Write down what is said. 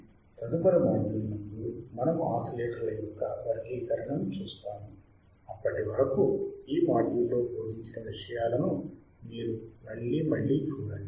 తదుపరి మాడ్యూల్ నందు మనము ఆసిలేటర్ల యొక్క వర్గీకరణను చూస్తాము అప్పటి వరకు ఈ మాడ్యూల్లో బోధించిన విషయాలను మీరు మళ్ళీ మళ్ళీ చూడండి